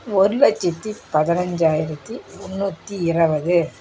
ஒரு லட்சத்தி பதினஞ்சாயிரத்தி முன்னூற்றி இருவது